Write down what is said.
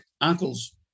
uncle's